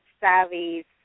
savvy